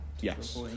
Yes